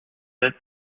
être